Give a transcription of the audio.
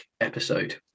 episode